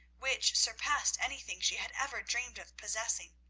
which surpassed anything she had ever dreamed of possessing.